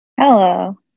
Hello